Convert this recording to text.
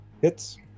Hits